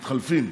ומתחלפים.